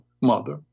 mother